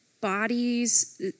bodies